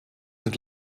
het